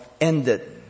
ended